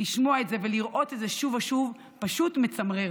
לשמוע את זה ולראות את זה שוב ושוב, פשוט מצמרר.